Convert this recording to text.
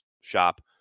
shop